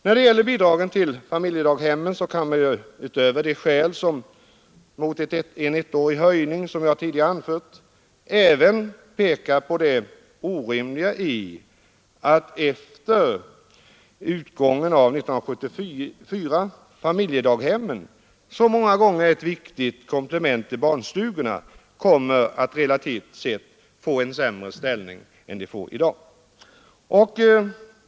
När det gäller bidragen till familjedaghemmen kan jag, utöver de skäl mot en ettårig höjning som jag tidigare anfört, även peka på det orimliga i att familjedaghemmen, som många gånger är ett viktigt komplement till barnstugorna, efter utgången av år 1974 kommer att relativt sett få en sämre ställning än i dag.